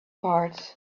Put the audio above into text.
parts